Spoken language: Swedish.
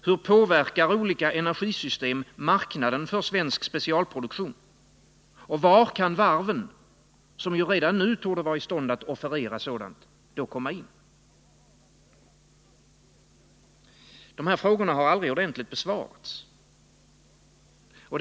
Hur påverkar olika energisystem marknaden för svensk specialproduktion, och var kan varven — som ju redan nu torde vara i stånd att offerera sådant — då komma in? Dessa frågor har aldrig besvarats ordentligt.